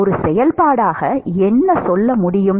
ஒரு செயல்பாடாக என்ன சொல்ல முடியும்